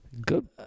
Good